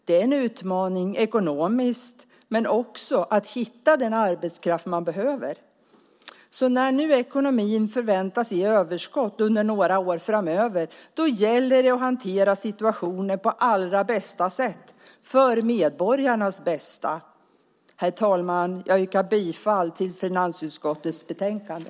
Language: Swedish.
Det är en utmaning både ekonomiskt och när det gäller att hitta den arbetskraft man behöver. När nu ekonomin förväntas ge överskott under några år framöver gäller det att hantera den situationen på allra bästa sätt för medborgarnas bästa. Herr talman! Jag yrkar bifall till förslaget i finansutskottets betänkande.